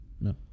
No